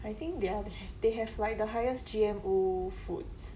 I think they are they have like the highest G_M_O foods